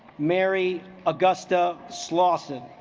mary augusta slauson